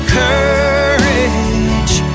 courage